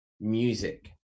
music